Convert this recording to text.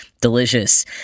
Delicious